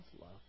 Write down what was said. love